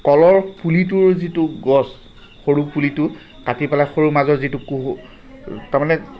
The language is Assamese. কলৰ পুলিটোৰ যিটো গছ সৰু পুলিটো কাটি পেলাই সৰু মাজৰ যিটো কোঁহ তাৰমানে